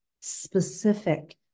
specific